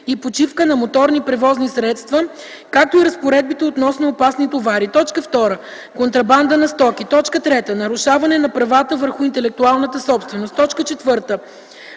и почивка на моторни превозни средства, както и разпоредбите относно опасни товари; 2. контрабанда на стоки; 3. нарушаване направата върху интелектуалната собственост; 4.